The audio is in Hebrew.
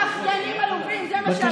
פחדנים עלובים, זה מה שאתם.